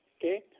Okay